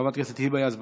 חברת הכנסת היבה יזבק,